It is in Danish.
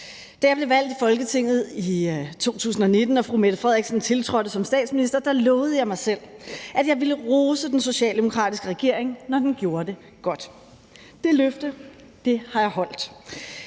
Da jeg blev valgt til Folketinget i 2019 og fru Mette Frederiksen tiltrådte som statsminister, lovede jeg mig selv, at jeg ville rose den socialdemokratiske regering, når den gjorde det godt. Det løfte har jeg holdt.